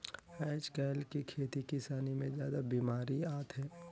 आयज कायल के खेती किसानी मे जादा बिमारी आत हे